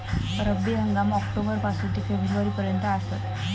रब्बी हंगाम ऑक्टोबर पासून ते फेब्रुवारी पर्यंत आसात